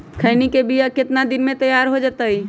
खैनी के बिया कितना दिन मे तैयार हो जताइए?